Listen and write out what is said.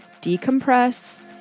decompress